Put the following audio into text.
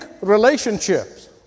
relationships